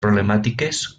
problemàtiques